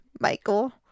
Michael